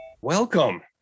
Welcome